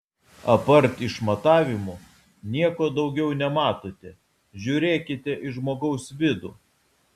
apart išmatavimų nieko daugiau nematote žiūrėkite į žmogaus vidų